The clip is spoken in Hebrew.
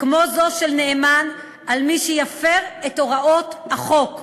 כמו זו של נאמן על מי שיפר את הוראות החוק.